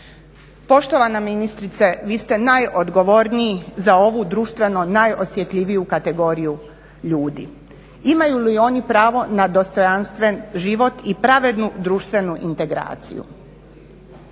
Poštovana ministrice, vi ste najodgovorniji za ovu društveno najosjetljiviju kategoriju ljudi. Imaju li oni pravo na dostojanstven život i pravednu društvenu integraciju?